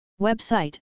Website